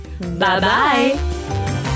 Bye-bye